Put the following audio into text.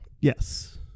Yes